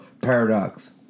paradox